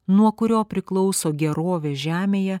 nuo kurio priklauso gerovė žemėje